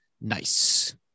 Nice